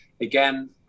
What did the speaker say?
Again